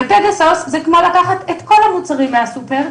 ופגסוס זה כמו לקחת את כל המוצרים מהסופר,